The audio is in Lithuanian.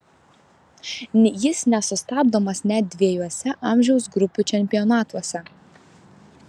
jis nesustabdomas net dviejuose amžiaus grupių čempionatuose